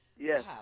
yes